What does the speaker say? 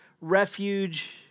refuge